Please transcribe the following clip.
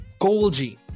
Golgi